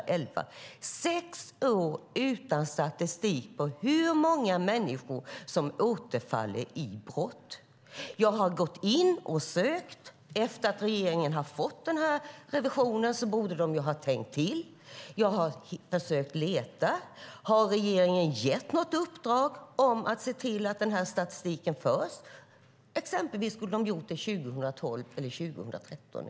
Det är sex år utan statistik på hur många människor som återfaller i brott. Jag har sökt efter det. Efter att regeringen har fått denna rapport borde man ha tänkt till. Jag har försökt leta. Har regeringen gett något uppdrag om att se till att denna statistik förs? Det borde man ha gjort 2012 eller nu 2013.